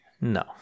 No